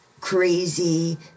crazy